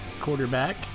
quarterback